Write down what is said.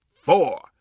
four